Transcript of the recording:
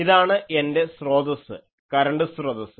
ഇതാണ് എൻറെ സ്രോതസ്സ് കരണ്ട് സ്രോതസ്സ്